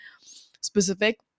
specific